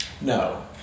No